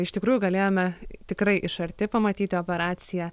iš tikrųjų galėjome tikrai iš arti pamatyti operaciją